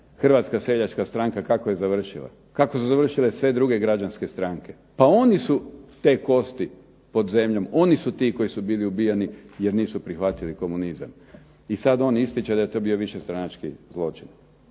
Hrvatska seljačka stranka kako je završila, kako su završile sve druge građanske stranke. Oni su te kosti pod zemljom, oni su ti koji su ubijeni jer nisu prihvatili komunizam. I sada on ističe da je to bio višestranački zločin.